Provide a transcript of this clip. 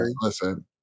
listen